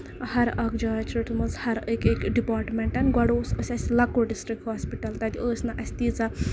ہر اکھ جاے چھُ رٔٹمٕژ ہر أکۍ أکۍ ڈِپارٹمینٹَن گۄڈٕ اوس اسہِ اسہِ لۄکُٹ ڈِسٹرک ہوسپِٹل تَتہِ ٲس نہٕ اَسہِ تیٖژاہ